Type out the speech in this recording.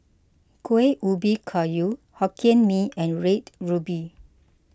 Kueh Ubi Kayu Hokkien Mee and Red Ruby